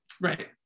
Right